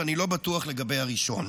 ואני לא בטוח לגבי הראשון.